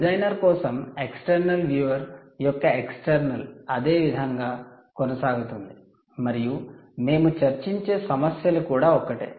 designer కోసం external viewer యొక్క external అదే విధంగా కొనసాగుతుంది మరియు మేము చర్చించే సమస్యలు కూడా ఒకటే